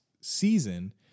season